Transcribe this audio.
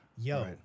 yo